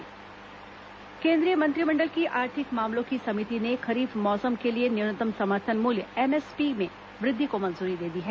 मंत्रिमंडल किसान केंद्रीय मंत्रिमंडल की आर्थिक मामलों की समिति ने खरीफ मौसम के लिए न्यूनतम समर्थन मूल्य एमएस पी में वृद्धि को मंजूरी दे दी है